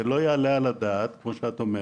לא יעלה על הדעת, כמו שאת אומרת,